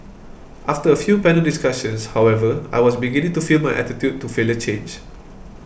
after a few panel discussions however I was beginning to feel my attitude to failure change